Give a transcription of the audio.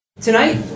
Tonight